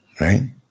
right